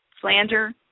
slander